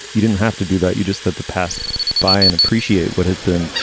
you didn't have to do that. you just had the pass by and appreciate what had been,